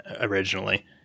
originally